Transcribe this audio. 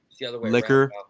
Liquor